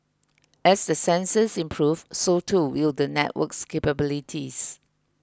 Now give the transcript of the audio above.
as the sensors improve so too will the network's capabilities